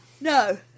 No